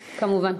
כמובן.